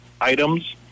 items